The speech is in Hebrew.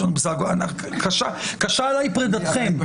קשה עליי פרידתכם,